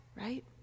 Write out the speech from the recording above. right